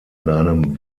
einem